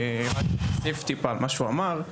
אני ארחיב טיפה על מה שהוא אמר.